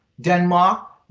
Denmark